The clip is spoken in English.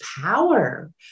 power